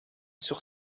sur